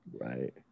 Right